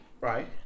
Right